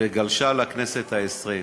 וגלשה לכנסת העשרים.